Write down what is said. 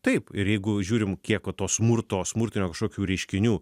taip ir jeigu žiūrim kiek to smurto smurtinio kažkokių reiškinių